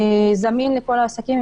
זמין לכל העסקים.